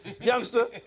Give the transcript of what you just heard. youngster